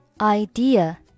idea